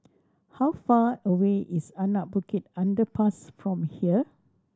how far away is Anak Bukit Underpass from here